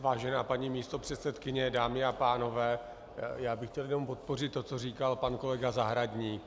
Vážená paní místopředsedkyně, dámy a pánové, já bych chtěl jenom podpořit to, co říkal pan kolega Zahradník.